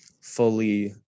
fully